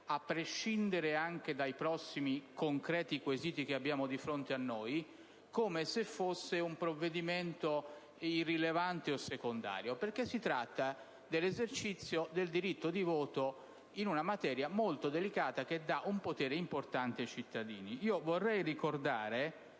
(a prescindere anche dai prossimi concreti quesiti che abbiamo di fronte a noi) come se fosse irrilevante o secondario, perché si tratta dell'esercizio del diritto di voto in una materia molto delicata, che dà un potere importante ai cittadini. Vorrei ricordare